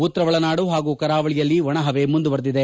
ಉತ್ತರ ಒಳನಾಡು ಪಾಗೂ ಕರಾವಳಿಯಲ್ಲಿ ಒಣಹವೆ ಮುಂದುವರೆದಿದೆ